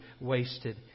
wasted